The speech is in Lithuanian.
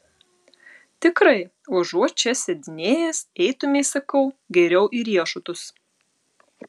tikrai užuot čia sėdinėjęs eitumei sakau geriau į riešutus